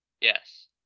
yes